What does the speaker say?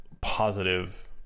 positive